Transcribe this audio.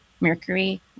mercury